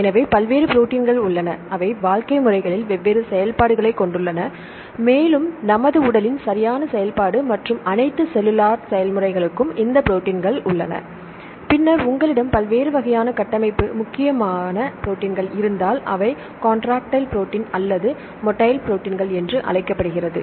எனவே பல்வேறு ப்ரோடீன்கள் உள்ளன அவை வாழ்க்கை முறைகளில் வெவ்வேறு செயல்பாடுகளைக் கொண்டுள்ளன மேலும் நமது உடலின் சரியான செயல்பாடு மற்றும் அனைத்து செல்லுலார் செயல்முறைகளுக்கும் இந்த ப்ரோடீன்கள் உள்ளன பின்னர் உங்களிடம் பல்வேறு வகையான கட்டமைப்பு முக்கியமான ப்ரோடீன்கள் இருந்தால் அவை கான்ட்ராக்டைல் ப்ரோடீன் அல்லது மோட்டைல் ப்ரோடீன்கள் என்று அழைக்கப்படுகிறது